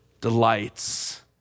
delights